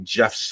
Jeff